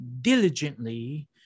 diligently